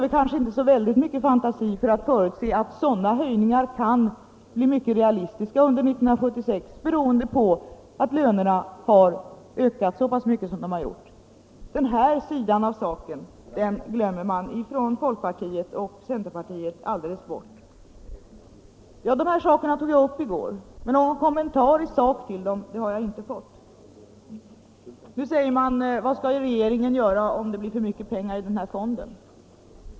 Det behövs inte så mycket fantasi för att förutse att sådana höjningar kan bli verklighet under 1976, beroende på att lönerna har ökat så mycket som de har gjort. Den här sidan av saken glömmer man bort från folkpartiet och centerpartiet. De här frågorna tog jag upp i går, men någon kommentar i sak har jag inte fått. Nu säger man: Vad skall regeringen göra om det blir för mycket pengar i fonden?